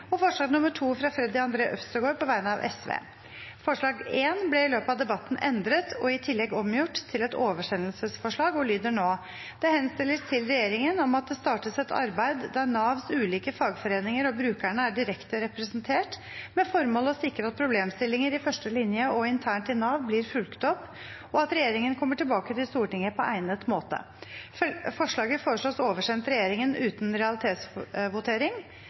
og sakene på dagens kart. Til denne saken er det satt frem i alt to forslag. Det er forslag nr. 1, fra Bjørnar Moxnes på vegne av Rødt forslag nr. 2, fra Freddy André Øvstegård på vegne av Sosialistisk Venstreparti Under debatten ble forslag nr. 1 omgjort til oversendelsesforslag. Forslaget lyder i endret form: «Det henstilles til regjeringen om at det startes et arbeid der Navs ulike fagforeninger og brukerne er direkte representert, med formål å sikre at problemstillinger i førstelinje og internt i Nav blir fulgt opp, og at regjeringen kommer